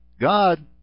God